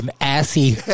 assy